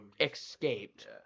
escaped